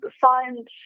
find